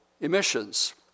emissions